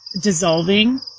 dissolving